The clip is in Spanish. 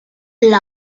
love